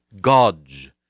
gods